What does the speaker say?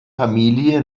familie